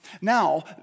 Now